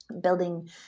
building